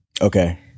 Okay